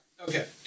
Okay